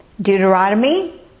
Deuteronomy